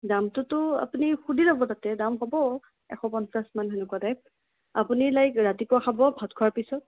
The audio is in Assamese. দামটোতো আপুনি সুধি ল'ব তাতে দাম হ'ব এশ পঞ্চাছ মান সেনেকুৱা টাইপ আপুনি লাইক ৰাতিপুৱা খাব ভাত খোৱাৰ পিছত